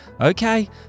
Okay